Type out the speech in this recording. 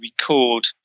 record